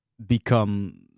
Become